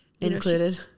included